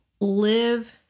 live